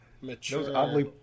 mature